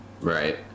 Right